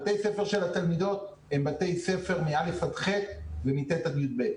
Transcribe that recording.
בתי הספר של התלמידות הם בתי ספר מ-א' עד ח' ומ-ט' עד י"ב.